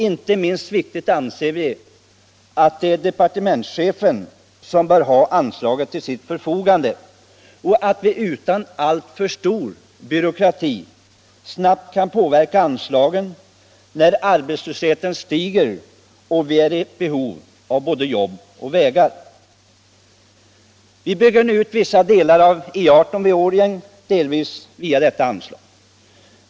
Inte minst viktigt anser vi det vara att departementschefen har anslaget till sitt förfogande och att vi utan alltför mycket byråkrati snabbt kan få anslag när arbetslösheten stiger och vi är i behov av både jobb och vägar. Vi bygger nu ut vissa delar av E 18 vid Årjäng via detta anslag.